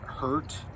hurt